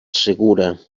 segura